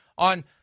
On